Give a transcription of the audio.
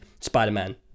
spider-man